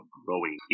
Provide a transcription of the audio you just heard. growing